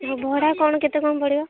ହଁ ଭଡ଼ା କ'ଣ କେତେ କ'ଣ ପଡ଼ିବ